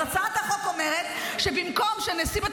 אז הצעת החוק אומרת שבמקום שנשיא בית